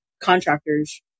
contractors